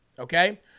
Okay